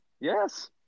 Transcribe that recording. yes